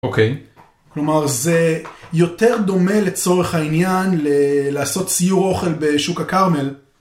אוקיי. כלומר זה יותר דומה לצורך העניין לעשות סיור אוכל בשוק הכרמל.